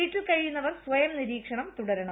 വീട്ടിൽ കഴിയുന്നവർ സ്വയം നിരീക്ഷണം തുടരണം